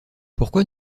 pourquoi